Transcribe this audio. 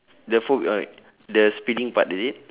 the the speeding part is it